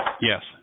Yes